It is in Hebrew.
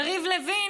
יריב לוין,